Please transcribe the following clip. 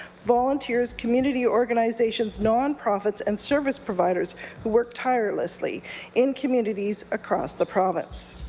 volunteers, community organizations nonprofits and service providers who work tirelessly in communities across the province.